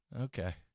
Okay